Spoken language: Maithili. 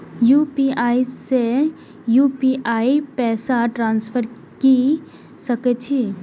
यू.पी.आई से यू.पी.आई पैसा ट्रांसफर की सके छी?